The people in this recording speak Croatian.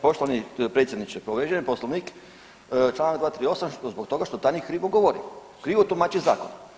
Poštovani predsjedniče povrijeđen je Poslovnik Članak 238., što zbog toga što tajnik krivo govori, krivo tumači zakon.